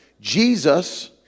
Jesus